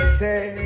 say